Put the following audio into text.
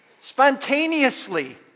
spontaneously